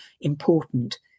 important